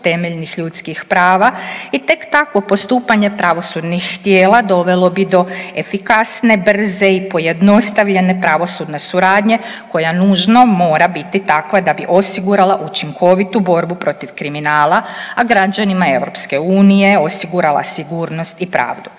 temeljnih ljudskih prava i tek tako postupanje pravosudnih tijela dovelo bi do efikasne, brze i pojednostavljene pravosudne suradnje koja nužno mora biti takva da bi osigurala učinkovitu borbu protiv kriminala, a građanima EU osigurala sigurnost i pravdu.